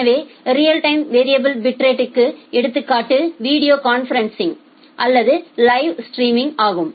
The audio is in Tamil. எனவே ரியல் டைம் வேறிஏபில் பிட்ரேட்க்கு எடுத்துக்காட்டு வீடியோ கான்பரன்சிங் அல்லது லைவ் ஸ்ட்ரீமிங் ஆகும்